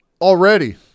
already